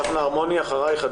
דפנה ארמוני, בקשה.